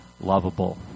lovable